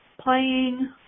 playing